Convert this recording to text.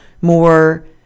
more